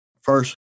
first